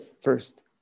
first